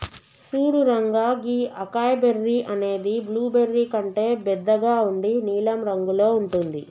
సూడు రంగా గీ acai berry అనేది బ్లూబెర్రీ కంటే బెద్దగా ఉండి నీలం రంగులో ఉంటుంది